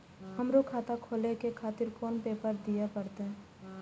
हमरो खाता खोले के खातिर कोन पेपर दीये परतें?